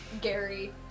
Gary